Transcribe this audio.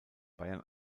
bayern